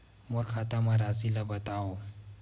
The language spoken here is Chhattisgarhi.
मोर खाता म राशि ल बताओ?